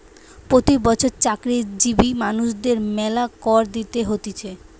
প্রতি বছর চাকরিজীবী মানুষদের মেলা কর দিতে হতিছে